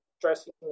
dressing